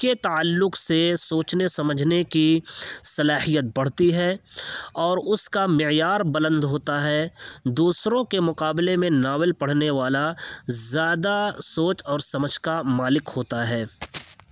کے تعلق سے سوچنے سمجھنے کی صلاحیت بڑھتی ہے اور اس کا معیار بلند ہوتا ہے دوسروں کے مقابلے میں ناول پڑھنے والا زیادہ سوچ اور سمجھ کا مالک ہوتا ہے